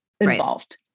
involved